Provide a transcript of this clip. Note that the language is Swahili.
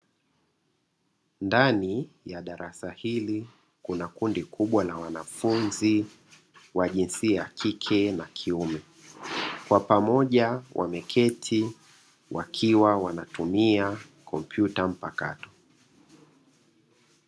Ndani ya darasa hili, kuna kundi kubwa la wanafunzi wa jinsia ya kike na kiume, kwa pamoja wameketi wakiwa wanatumia kompyuta mpakato.